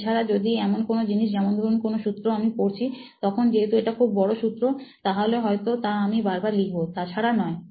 এছাড়া যদি এমনকোনো জিনিসযেমন ধরুন কোনো সূত্র আমি পড়ছিতখনযেহেতু এটা খুব বড় সূত্রতাহলে হয়তো তা আমি বারবার লিখবো তাছাড়া নয়